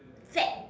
fat